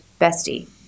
Bestie